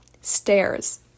stairs